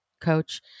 coach